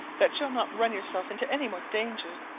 that you'll not run yourself into any more dangers?